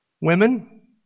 Women